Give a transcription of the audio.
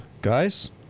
guys